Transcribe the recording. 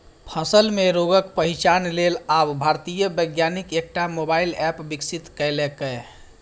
फसल मे रोगक पहिचान लेल आब भारतीय वैज्ञानिक एकटा मोबाइल एप विकसित केलकैए